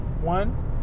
one